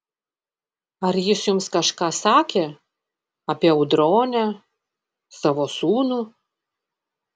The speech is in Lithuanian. ar jis jums kažką sakė apie audronę savo sūnų